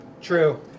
true